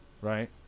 right